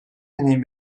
deneyim